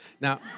Now